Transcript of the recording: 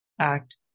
act